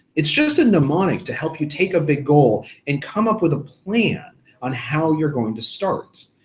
it's just a mnemonic to help you take a big goal and come up with a plan on how you're going to start.